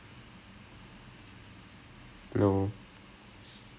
oh okay so uh போன வர்ஷம்:pona varsham